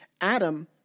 Adam